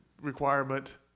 requirement